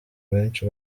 benshi